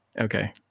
Okay